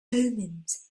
omens